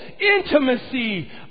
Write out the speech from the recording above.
intimacy